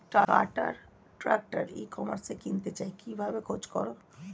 কাটার tractor e কমার্সে কিনতে চাই কিভাবে খোঁজ করো?